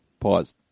Pause